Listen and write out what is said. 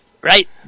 right